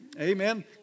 Amen